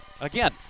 again